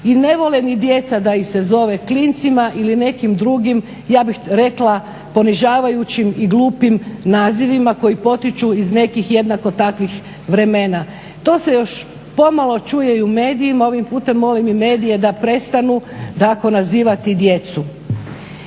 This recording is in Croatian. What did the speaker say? I ne vole ni djeca da ih se zove klincima ili nekim drugim, ja bih rekla ponižavajućim i glupim nazivima koji potiču iz nekih jednako takvih vremena. To je se još pomalo čuje i u medijima, ovim putem molim i medije da prestanu tako nazivati djecu.